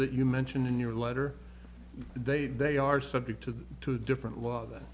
that you mention in your letter they they are subject to two different law that